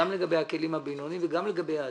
גם לגבי הכלים הבינוניים וגם לגבי העתיד,